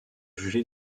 jugé